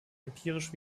empirisch